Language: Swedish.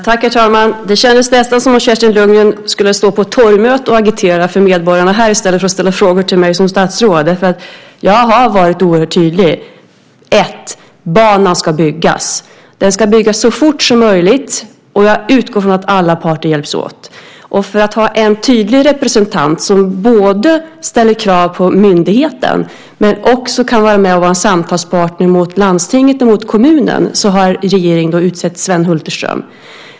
Herr talman! Det kändes nästan som om Kerstin Lundgren skulle stå på ett torgmöte och agitera för medborgarna i stället för att ställa frågor till mig som statsråd. Jag har varit oerhört tydlig: Banan ska byggas. Den ska byggas så fort som möjligt, och jag utgår från att alla parter hjälps åt. För att ha en tydlig representant, som både ställer krav på myndigheten och kan vara med och vara en samtalspart mot landstinget och kommunen, har regeringen utsett Sven Hulterström.